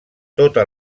tota